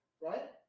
right